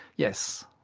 yes.